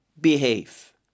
behave